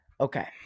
Okay